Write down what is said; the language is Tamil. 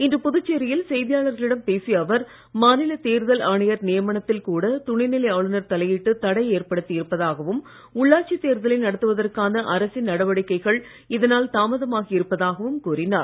இன்று புதுச்சேரியில் செய்தியாளர்களிடம் பேசிய அவர் மாநில தேர்தல் ஆணையர் நியமனத்தில் கூட துணைநிலை ஆளுநர் தலையிட்டு தடை ஏற்படுத்தி இருப்பதாகவும் உள்ளாட்சி தேர்தலை நடத்துவதற்கான அரசின் நடவடிக்கைகள் இதனால் தாமதமாகி இருப்பதாகவும் கூறினார்